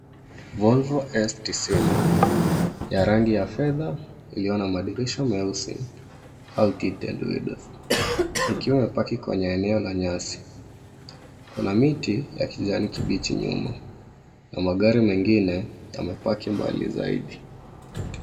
Volvo S 90 ya rangi ya fedha iliyo na madirisha meusi au tinted windows ikiwa imepaki kwenye eneo la nyasi. Kuna miti ya kijani kibichi nyuma na magari mengine yamepaki mbali zaidi.